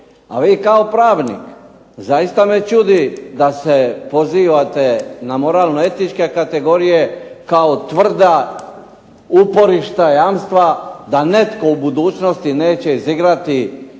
a vi kao pravnik, zaista me čudi da se pozivate na moralno etičke kategorije kao tvrda uporišta, jamstva, da netko u budućnosti neće izigrati